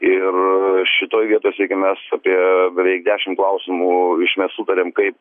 ir šitoj vietoj siekėm mes apie beveik dešimt klausimų iš mes sutarėm kaip